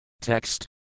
Text